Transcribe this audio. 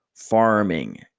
Farming